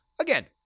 again